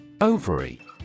ovary